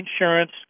insurance